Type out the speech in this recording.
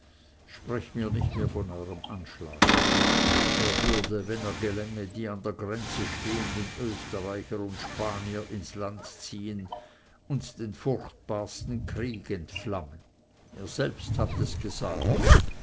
sprecht mir nicht mehr von eurem anschlage er würde wenn er gelänge die an der grenze stehenden österreicher und spanier ins land ziehn und den furchtbarsten krieg entflammen ihr selbst habt es gesagt